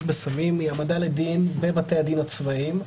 בסמים היא העמדה לדין בבתי הדין הצבאיים.